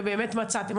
ובאמת מצאתם.